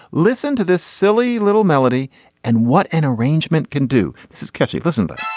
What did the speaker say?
listen to this silly little melody and what an arrangement can do. this is catchy. listen the.